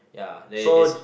ya they they sa~